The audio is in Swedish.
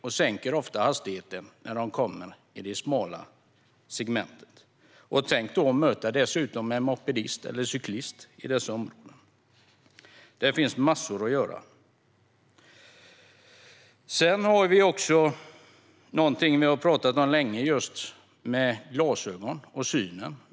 De sänker ofta hastigheten när de kommer in i det smala segmentet. Tänk då att de möter en mopedist eller cyklist. Här finns massor att göra. Det finns också någonting som vi har talat om länge, nämligen synen och glasögon.